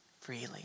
freely